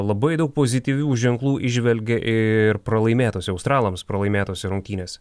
labai daug pozityvių ženklų įžvelgė ir pralaimėtose australams pralaimėtose rungtynėse